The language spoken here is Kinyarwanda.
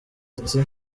ati